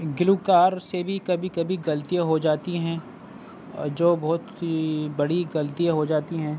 گلوکار سے بھی کبھی کبھی غلطیاں ہو جاتی ہیں آ جو بہت ہی بڑی غلطیاں ہو جاتی ہیں